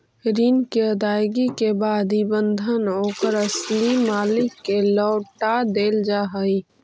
ऋण के अदायगी के बाद इ बंधन ओकर असली मालिक के लौटा देल जा हई